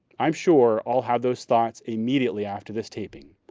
i'm sure i'll have those thoughts immediately after this taping,